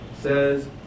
says